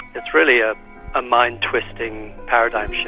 it's really a ah mind-twisting paradigm shift.